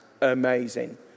amazing